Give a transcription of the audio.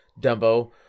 Dumbo